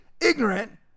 ignorant